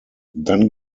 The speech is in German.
dann